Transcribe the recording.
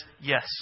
yes